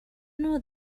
know